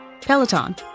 Peloton